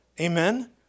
Amen